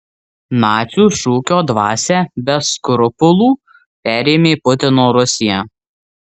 nacių šūkio dvasią be skrupulų perėmė putino rusija